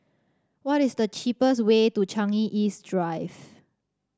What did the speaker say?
what is the cheapest way to Changi East Drive